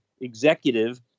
executive